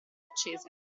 accese